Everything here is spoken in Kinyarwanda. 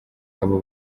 abo